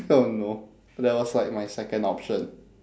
oh no that was like my second option